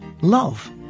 love